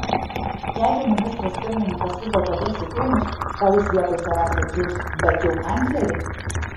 jeigu ministras pirmininkas vis dėlto dės į krūmus gal jis vietoj savęs atsiųs bet jau kanclerį